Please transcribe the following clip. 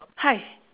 hi